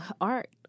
Art